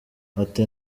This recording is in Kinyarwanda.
ati